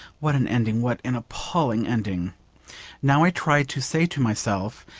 what an ending, what an appalling ending now i try to say to myself,